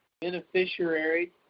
Beneficiary